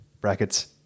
brackets